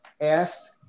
asked